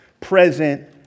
present